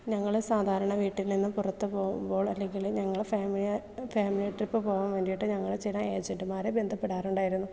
ഞങ്ങൾ സാധാരണ വീട്ടിൽനിന്നും പുറത്തു പോകുമ്പോൾ അല്ലെങ്കിൽ ഞങ്ങളുടെ ഫാമിലിയാ ഫാമിലി ട്രിപ്പ് പോകാൻ വേണ്ടിയിട്ട് ഞങ്ങൾ ചില ഏജന്റുമാരെ ബന്ധപ്പെടാറുണ്ടായിരുന്നു